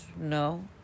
no